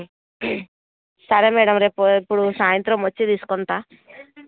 సరే మేడం రేపు ఇప్పుడు సాయంత్రం వచ్చి తీసుకుంటాను